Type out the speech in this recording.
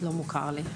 לא מוכר לי.